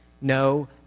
No